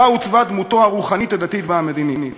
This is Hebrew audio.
בה עוצבה דמותו הרוחנית, הדתית והמדינית,